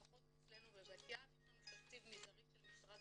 לפחות אצלנו בבת-ים יש אצלנו תקציב מזערי של משרד